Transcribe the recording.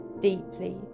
deeply